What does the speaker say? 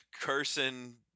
cursing